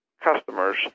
customers